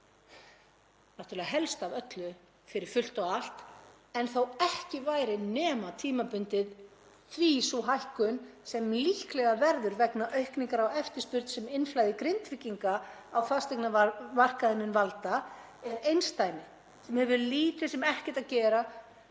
náttúrlega helst af öllu fyrir fullt og allt en þó ekki væri nema tímabundið, því að sú hækkun sem líklega verður vegna aukningar á eftirspurn sem innflæði Grindvíkinga á fasteignamarkaðinn mun valda, sem er einsdæmi og hefur lítið sem ekkert að gera